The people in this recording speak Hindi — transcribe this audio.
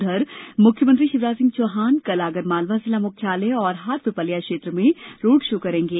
उधर मुख्यमंत्री शिवराज सिंह चौहान कल आगरमालवा जिला मुख्यालय और हाटपिपलिया क्षेत्र में रोड शो करेगें